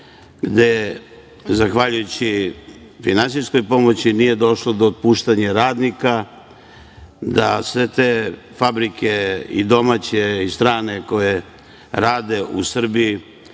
gde zahvaljujući finansijskoj pomoći nije došlo do otpuštanja radnika, da sve te fabrike i domaće i strane koje rade u Srbiji